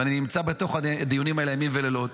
ואני נמצא בתוך הדיונים האלה ימים ולילות